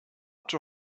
too